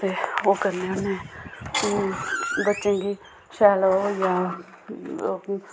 ते ओह् करने होन्ने बच्चें गी शैल ओह् होई गेआ